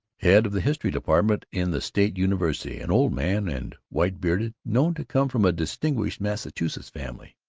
head of the history department in the state university, an old man and white-bearded, known to come from a distinguished massachusetts family.